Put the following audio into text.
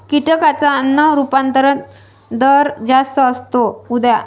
कीटकांचा अन्न रूपांतरण दर जास्त असतो, उदा